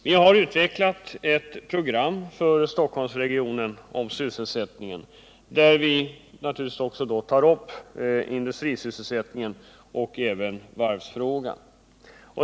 Vi har för Stockholmsregionen utvecklat ett program för sysselsättningen, där vi naturligtvis tar upp industrisysselsättningen och även varvsfrågan.